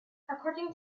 according